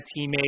teammate